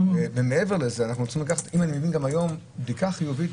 מעבר לזה, בדיקה חיובית